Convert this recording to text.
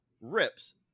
rips